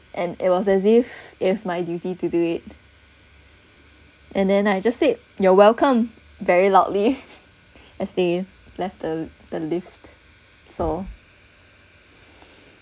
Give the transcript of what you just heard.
and it was as if it's my duty to do it and then I just said you're welcome very loudly as they left the the lift so